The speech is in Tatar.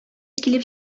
килеп